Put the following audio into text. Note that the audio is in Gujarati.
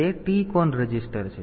તેથી આ TCON રજીસ્ટર છે